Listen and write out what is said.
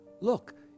Look